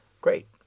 Great